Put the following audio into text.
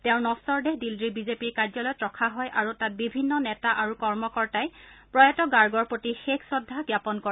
তেওঁৰ নশ্বৰ দেহ দিল্লীৰ বিজেপিৰ কাৰ্যালয়ত ৰখা হয় আৰু তাত বিভিন্ন নেতা আৰু কৰ্মকৰ্তাই প্ৰয়াত গাৰ্গৰ প্ৰতি শেষ শ্ৰদ্ধা জ্ঞাপন কৰে